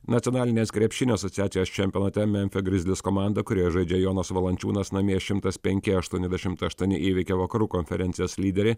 nacionalinės krepšinio asociacijos čempionate memfio grizzlies komanda kurioje žaidžia jonas valančiūnas namie šimtas penki aštuoniasdešimt aštuoni įveikė vakarų konferencijos lyderį